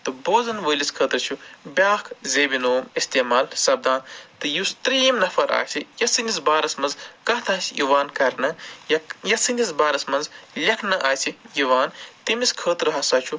تہٕ بوزَن وٲلِس خٲطرٕ چھُ بیٛاکھ زیبہِ نوم اِستعمال سَپدان تہٕ یُس ترٛیٚیم نَفر آسہِ یَتھ سٕندِس بارَس منٛز کَتھ آسہِ یِوان کرنہٕ یا یَتھ سٕندِس بارَس منٛز لٮ۪کھنہٕ آسہِ یِوان تٔمِس خٲطرٕ ہسا چھُ